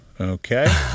okay